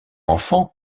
enfants